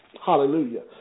Hallelujah